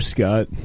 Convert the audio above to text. Scott